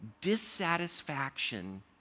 dissatisfaction